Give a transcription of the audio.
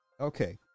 Okay